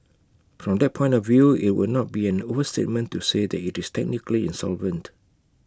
from that point of view IT would not be an overstatement to say that is technically insolvent